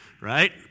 Right